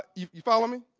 ah you you follow me?